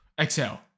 Exhale